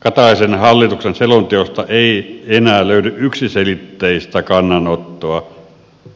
kataisen hallituksen selonteosta ei enää löydy yksiselitteistä kannanottoa